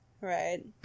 Right